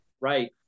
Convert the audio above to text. right